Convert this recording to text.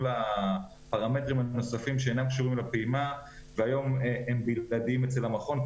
הפרמטרים הנוספים שאינם קשורים לפעימה והיום הם בלבדיים אצל המכון,